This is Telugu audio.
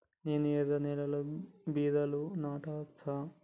నేను ఎర్ర నేలలో బీరలు నాటచ్చా?